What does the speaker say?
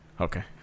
okay